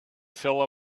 fill